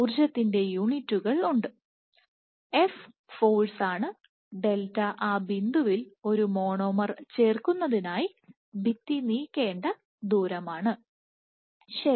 KBT ക്ക് ഊർജ്ജത്തിന് യൂണിറ്റുകൾ ഉണ്ട് f ഫോഴ്സ് ആണ് ഡെൽറ്റ ആ ബിന്ദുവിൽ ഒരു മോണോമർ ചേർക്കുന്നതിനായി ഭിത്തി നീക്കേണ്ട ദൂരം ആണ്